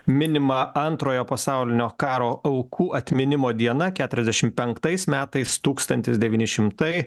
minima antrojo pasaulinio karo aukų atminimo diena keturiasdešimt penktais metais tūkstantis devyni šimtai